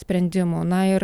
sprendimų na ir